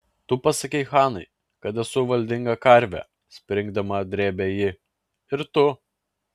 tu pasakei hanai kad esu valdinga karvė springdama drėbė ji ir tu